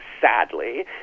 sadly